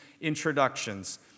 introductions